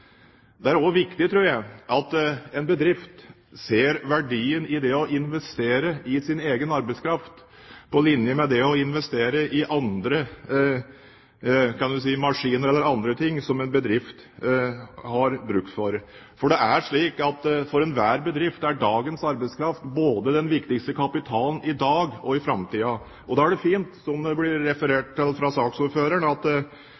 det også er viktig at en bedrift ser verdien i det å investere i sin egen arbeidskraft, på linje med det å investere i maskiner eller annet som en bedrift har bruk for. For det er slik at for enhver bedrift er dagens arbeidskraft den viktigste kapitalen både i dag og i framtiden. Da er det fint, som det ble referert til fra saksordføreren, at